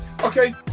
okay